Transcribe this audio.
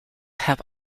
have